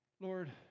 Lord